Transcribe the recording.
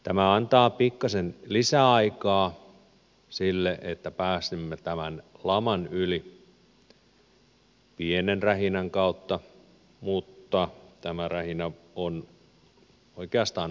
tämä antaa pikkasen lisäaikaa sille että pääsemme tämän laman yli pienen rähinän kautta mutta tämä rähinä on oikeastaan aika tervetullutta